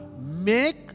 make